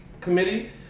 Committee